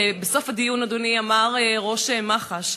בסוף הדיון, אדוני, אמר ראש מח"ש,